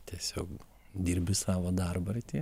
tiesiog dirbi savo darbą ir tiek